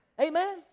Amen